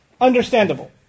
understandable